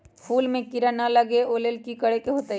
फूल में किरा ना लगे ओ लेल कि करे के होतई?